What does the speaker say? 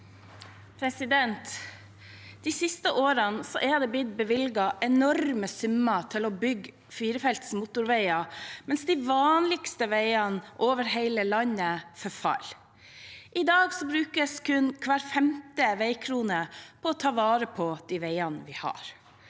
De siste årene er det blitt bevilget enorme summer til å bygge firefelts motorveier mens de vanligste veiene over hele landet forfaller. I dag brukes kun hver femte veikrone til å ta vare på de veiene vi har.